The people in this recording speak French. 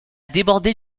déborder